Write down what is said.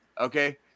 okay